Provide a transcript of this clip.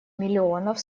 миллионов